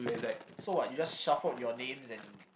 so what you just shuffled your names and